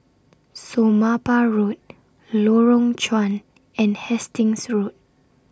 Somapah Road Lorong Chuan and Hastings Road